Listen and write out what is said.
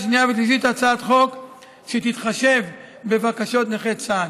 שנייה ושלישית הצעת חוק שתתחשב בבקשות נכי צה"ל.